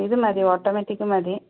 ഇതുമതി automatic മതി